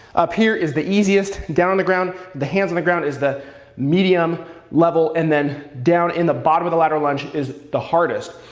up here is the easiest, down on the ground, the hands on the ground, is the medium medium level, and then down in the bottom of the lateral lunge is the hardest.